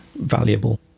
valuable